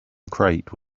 crate